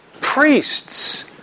Priests